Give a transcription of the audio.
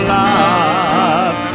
love